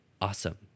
Awesome